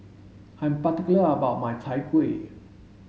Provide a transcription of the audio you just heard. I'm particular about my Chai Kueh